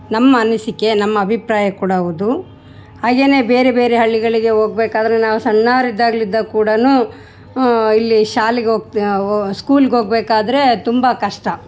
ನಮ್ಮ ಅನಿಸಿಕೆ ನಮ್ಮ ಅಭಿಪ್ರಾಯ ಕೂಡ ಹೌದು ಹಾಗೇನೆ ಬೇರೆ ಬೇರೆ ಹಳ್ಳಿಗಳಿಗೆ ಹೋಗ್ಬೇಕಾದ್ರೆ ನಾವು ಸಣ್ಣೊರಿದ್ದಾಗ್ಲಿದ್ದಾಗ ಕೂಡಾ ಇಲ್ಲಿ ಶಾಲಿಗೆ ಹೋಗ್ತಿ ಹೊ ಸ್ಕೂಲ್ಗೆ ಹೋಗಬೇಕಾದ್ರೆ ತುಂಬ ಕಷ್ಟ